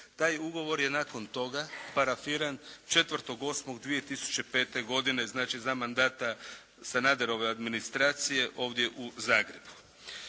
Taj ugovor je nakon toga parafiran 4.8.2005. godine znači za mandata Sanaderove administracije ovdje u Zagrebu.